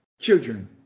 children